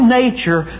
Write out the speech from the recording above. nature